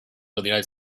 president